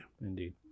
Indeed